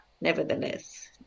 nevertheless